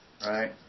right